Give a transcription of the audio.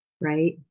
Right